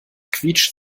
quietscht